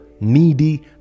needy